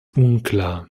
unklar